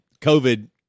COVID